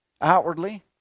outwardly